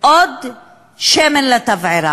עוד שמן לתבערה,